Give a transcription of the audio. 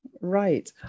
right